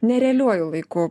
ne realiuoju laiku